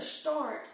start